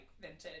vintage